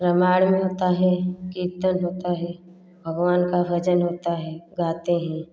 रामायण भी होता है कीर्तन होता है भगवान का भजन होता है गाते हैं